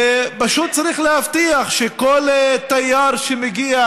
ופשוט צריך להבטיח שכל תייר שמגיע,